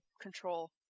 control